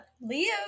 Leo